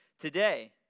today